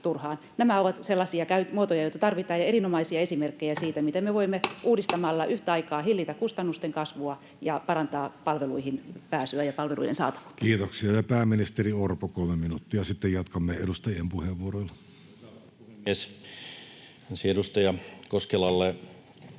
Nämä ovat sellaisia muotoja, joita tarvitaan, ja erinomaisia esimerkkejä siitä, miten me voimme uudistamalla yhtä aikaa hillitä kustannusten kasvua ja parantaa palveluihin pääsyä ja palveluiden saatavuutta. Kiitoksia. — Pääministeri Orpo, kolme minuuttia, ja sitten jatkamme edustajien puheenvuoroilla.